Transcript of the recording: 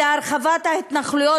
זה הרחבת ההתנחלויות,